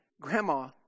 Grandma